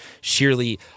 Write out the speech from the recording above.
sheerly—